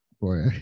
Boy